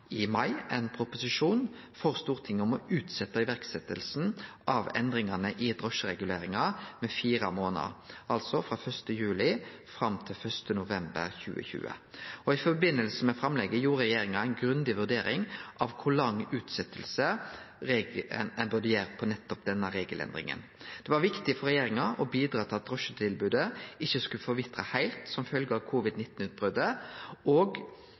i mai ein proposisjon for Stortinget om å utsetje iverksetjinga av endringane i drosjereguleringa med fire månader, altså frå 1. juli fram til 1. november 2020. I forbindelse med framlegget gjorde regjeringa ei grundig vurdering av kor lang utsetjing ein burde gi for nettopp denne regelendringa. Det var viktig for regjeringa å bidra til at drosjetilbodet ikkje skulle forvitre heilt som følge av covid-19-utbrotet, og